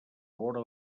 vora